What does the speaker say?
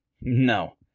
No